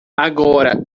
agora